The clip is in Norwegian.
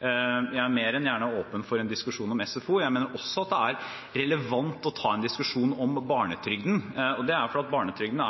Jeg er mer enn gjerne åpen for en diskusjon om SFO. Jeg mener også at det er relevant å ta en diskusjon om barnetrygden. Fordi barnetrygden